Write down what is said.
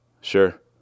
Sure